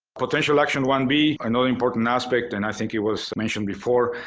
potential action one b, another important aspect and i think it was mentioned before,